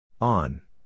On